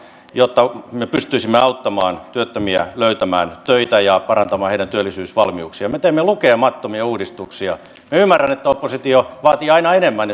jotta me pystyisimme auttamaan työttömiä löytämään töitä ja parantamaan heidän työllisyysvalmiuksiaan me teemme lukemattomia uudistuksia minä ymmärrän että oppositio vaatii aina enemmän